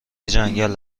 جنگل